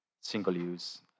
Single-use